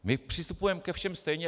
My přistupujeme ke všem stejně.